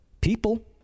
people